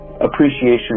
appreciation